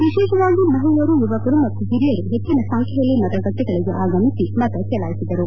ವಿಶೇಷವಾಗಿ ಮಹಿಳೆಯರು ಯುವಕರು ಮತ್ತು ಓರಿಯರು ಹೆಚ್ಚನ ಸಂಬ್ದೆಯಲ್ಲಿ ಮತಗಟ್ಟಿಗಳಗೆ ಆಗಮಿಸಿ ಮತಚಲಾಯಿಸಿದರು